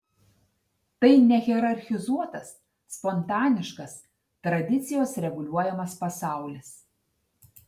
tai nehierarchizuotas spontaniškas tradicijos reguliuojamas pasaulis